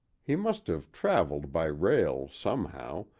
he must have traveled by rail, somehow,